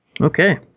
Okay